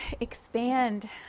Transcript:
expand